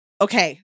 Okay